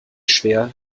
schwer